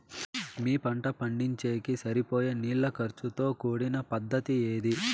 మీ పంట పండించేకి సరిపోయే నీళ్ల ఖర్చు తో కూడిన పద్ధతి ఏది?